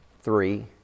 three